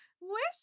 wish